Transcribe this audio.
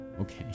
Okay